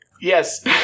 Yes